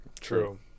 True